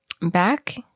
back